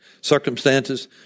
circumstances